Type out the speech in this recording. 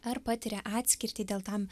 ar patiria atskirtį dėl tam